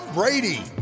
Brady